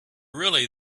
really